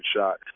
shot